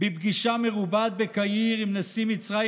בפגישה מרובעת בקהיר עם נשיא מצרים,